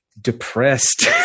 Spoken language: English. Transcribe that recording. depressed